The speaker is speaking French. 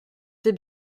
t’ai